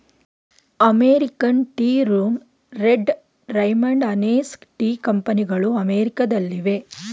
American tea room, red Raymond, Hanes tea ಕಂಪನಿಗಳು ಅಮೆರಿಕದಲ್ಲಿವೆ